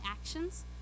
actions